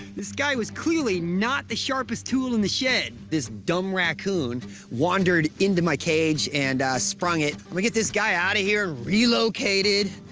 this guy was clearly not the sharpest tool in the shed. this dumb raccoon wandered into my cage and, ah, sprung it. we'll get this guy out of here, relocate it, ah,